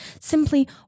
simply